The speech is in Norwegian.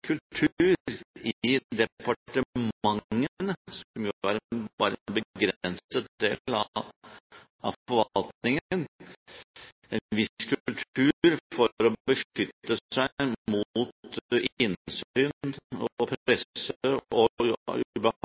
kultur i departementene, som jo bare har en begrenset del av forvaltningen, for å beskytte seg mot innsyn og presse og